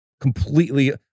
completely